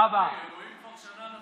דברים בשפת הסימנים,